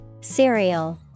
Cereal